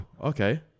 Okay